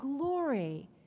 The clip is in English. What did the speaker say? glory